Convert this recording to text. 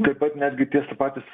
taip pat netgi tiesa patys